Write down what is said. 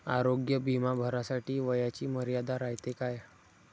आरोग्य बिमा भरासाठी वयाची मर्यादा रायते काय?